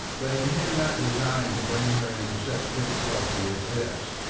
but he had not designed to bring her into such difficulty as this.